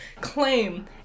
claim